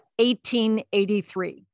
1883